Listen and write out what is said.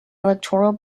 electoral